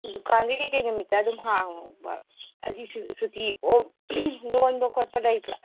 ꯗꯨꯀꯥꯟꯁꯦ ꯀꯔꯤ ꯀꯔꯤ ꯅꯨꯃꯤꯠꯇ ꯑꯗꯨꯝ ꯍꯥꯡꯕ ꯑꯗꯤ ꯁꯨꯇꯤ ꯑꯣꯐ ꯂꯣꯟꯕ ꯈꯣꯠꯄ ꯂꯩꯕ꯭ꯔꯥ